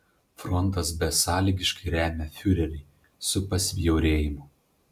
frontas besąlygiškai remia fiurerį su pasibjaurėjimu